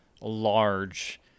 large